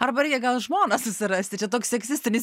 arba reikia gal žmoną susirasti čia toks seksistinis